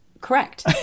Correct